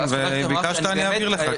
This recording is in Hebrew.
וביקשת אני אעביר לך.